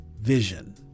vision